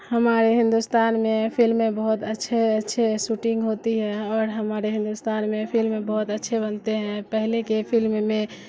ہمارے ہندوستان میں فلمیں بہت اچھے اچھے سوٹنگ ہوتی ہیں اور ہمارے ہندوستان میں فلمیں بہت اچھے بنتے ہیں پہلے کے فلم میں